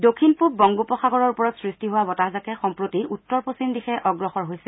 দক্ষিণ পূৱ বংগোপ সাগৰৰ ওপৰত সৃষ্টি হোৱা বতাহজাকে সম্প্ৰতি উত্তৰ পশ্চিম দিশে অগ্ৰসৰ হৈছে